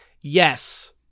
yes